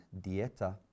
Dieta